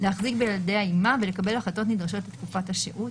להחזיק בילידיה עמה ולקבל החלטות נדרשות לתקופת השהות,